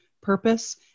purpose